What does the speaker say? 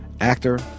actor